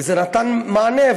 וזה נתן מענה.